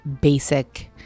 basic